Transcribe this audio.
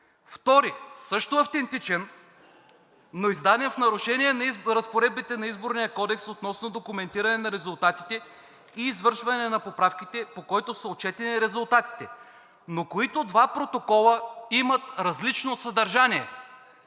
втори също автентичен, но издаден в нарушение на разпоредбите на Изборния кодекс относно документиране на резултатите и извършване на поправките, по който са отчетени резултатите, но които два протокола имат различно съдържание.